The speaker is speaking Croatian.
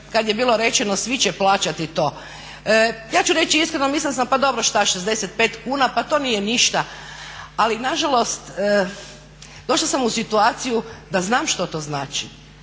kad je bilo rečeno svi će plaćati to. Ja ću reći iskreno, mislila sam pa dobro šta 65 kn pa to nije ništa. Ali na žalost došla sam u situaciju da znam što to znači.